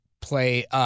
play –